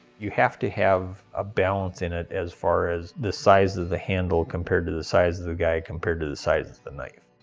you have to have a balance in it as far as the size of the handle compared to the size of the guy compared to the size of the knife.